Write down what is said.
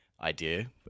idea